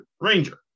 ranger